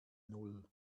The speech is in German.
null